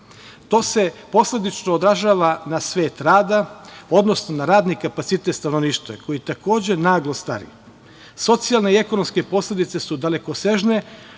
se posledično odražava na svet rada, odnosno na radni kapacitet stanovništva koji takođe naglo stari. Socijalne i ekonomske posledice su dalekosežne,